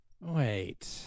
Wait